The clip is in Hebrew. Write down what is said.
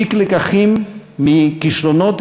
הפיק לקחים מכישלונות,